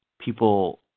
people